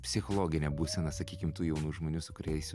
psichologinė būsena sakykim tų jaunų žmonių su kuriais